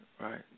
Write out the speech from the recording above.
Right